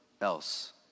else